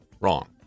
Wrong